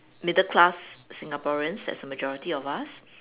middle class Singaporeans that's the majority of us